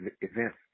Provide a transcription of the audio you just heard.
events